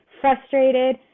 frustrated